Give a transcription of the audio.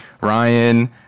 Ryan